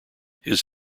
his